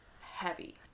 heavy